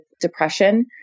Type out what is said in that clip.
depression